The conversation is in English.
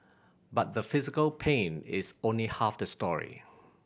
but the physical pain is only half the story